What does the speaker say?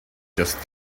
just